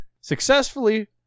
Successfully